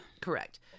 correct